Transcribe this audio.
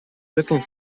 looking